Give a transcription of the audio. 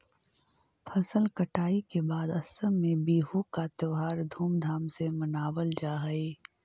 फसल कटाई के बाद असम में बिहू का त्योहार धूमधाम से मनावल जा हई